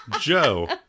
Joe